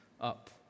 up